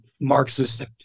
Marxist